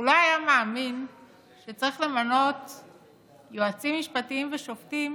הוא לא היה מאמין שצריך למנות יועצים משפטיים ושופטים